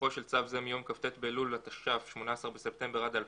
תוקפו של צו זה מיום כ"ט באלול התש"ף (18 בספטמבר 2020)